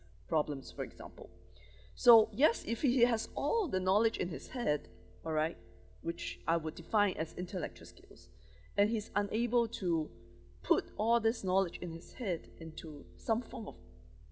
problems for example so yes if he he has all the knowledge in his head all right which I would define as intellectual skills and he's unable to put all this knowledge in his head into some form of